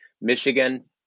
Michigan